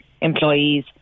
employees